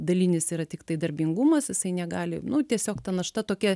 dalinis yra tiktai darbingumas jisai negali nu tiesiog ta našta tokia